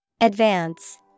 Advance